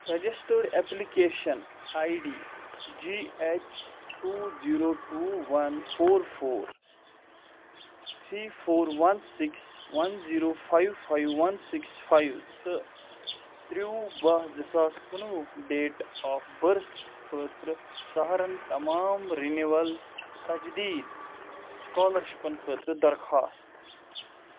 registered application I D G H two zero two one four four three four one six one zero five five one six five تہٕ تہٕ ترٛووُہ باہ زٕ ساس کُنوُہ date of birth خٲطرٕ ژھارن تمام رِنیٖوَل تجدیٖد سُکالرشپَن خٲطرٕ درخواست